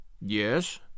Yes